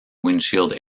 windshield